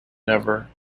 never